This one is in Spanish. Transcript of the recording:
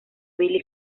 billy